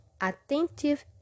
Attentive